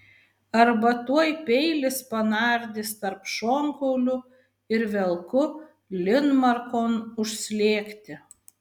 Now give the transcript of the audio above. arba tuoj peilis panardys tarp šonkaulių ir velku linmarkon užslėgti